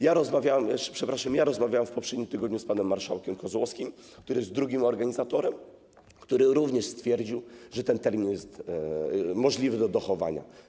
Jeszcze przepraszam, rozmawiałem w poprzednim tygodniu z panem marszałkiem Kozłowskim, który jest drugim organizatorem, który również stwierdził, że ten termin jest możliwy do dochowania.